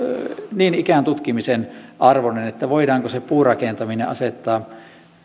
niin ikään tutkimisen arvoinen että voidaanko puurakentaminen asettaa